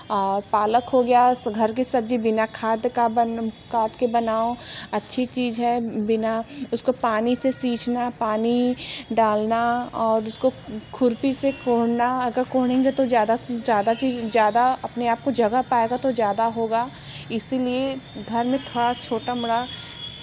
और पालक हो गया उस घर की सब्ज़ी बिना खाद का बन काट के बनाओ अच्छी चीज़ है बिना उसको पानी से सींचना पानी डालना और उसको खूरपी से खोडना अगर खोडेगे तो ज़्यादा ज़्यादा चीज़ ज़्यादा अपने आप को जगह पाएगा तो ज़्यादा होगा इसी लिए घर में थोड़ा छोटा बड़ा